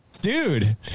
dude